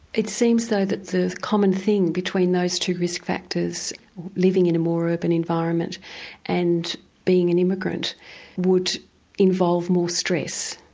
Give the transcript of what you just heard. it seems though that the common thing between those two risk factors living in a more urban environment and being an immigrant would involve more stress.